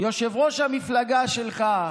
יושב-ראש המפלגה שלך,